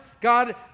God